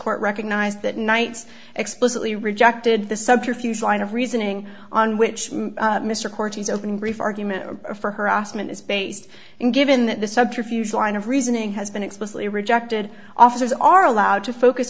court recognized that knights explicitly rejected the subterfuges line of reasoning on which mr cortizone brief argument for harassment is based and given that this subterfuge line of reasoning has been explicitly rejected officers are allowed to focus